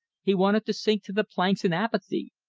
he wanted to sink to the planks in apathy.